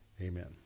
Amen